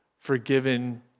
forgiven